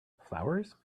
flowers